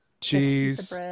cheese